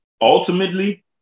ultimately